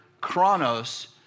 chronos